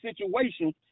situation